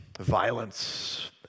violence